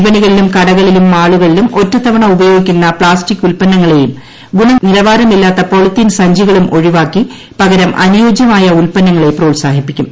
വിപണികളിലും കടകളിലും മാളുകളിലും ഒറ്റത്തവണ ഉപയോഗിക്കുന്ന പ്ലാസ്റ്റിക് ഉൽപ്പന്നങ്ങളെയും ഗുണനിലവാരമില്ലാത്ത പോളിത്തീൻ സഞ്ചികളും ഒഴിവാക്കി പകരം അനുയോജ്യമായ ഉൽപ്പന്നങ്ങളെ പ്രോത്സാഹിപ്പിക്കും